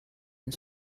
and